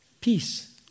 Peace